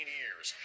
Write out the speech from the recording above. years